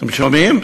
אתם שומעים?